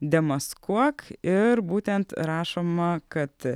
demaskuok ir būtent rašoma kad